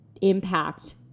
impact